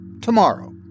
tomorrow